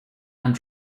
and